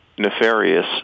nefarious